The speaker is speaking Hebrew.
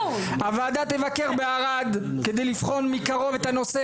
הוועדה תבקר בערד כדי לבחון מקרוב את הנושא,